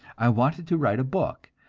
i wanted to write a book,